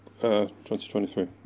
2023